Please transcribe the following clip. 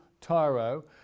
Tyro